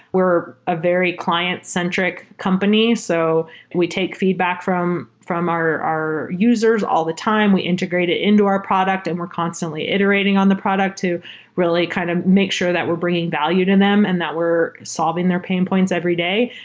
we're a very client-centric company. so we take feedback from from our our users all the time. we integrate it into our product and we're constantly iterating on the product to really kind and of make sure that we're bringing value to them and that we're solving their pain points every day.